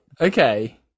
Okay